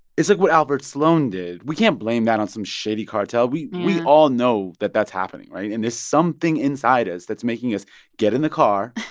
it's like what albert sloan did. we can't blame that on some shady cartel yeah we all know that that's happening, right? and there's something inside us that's making us get in the car,